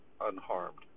unharmed